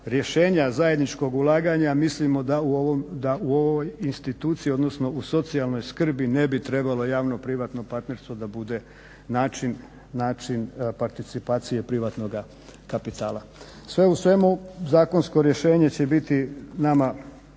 rješenja zajedničkog ulaganja mislimo da u ovoj instituciji odnosno u socijalnoj skrbi ne bi trebalo javno privatno partnerstvo da bude način participacije privatnoga kapitala. Sve u svemu zakonsko rješenje će biti nama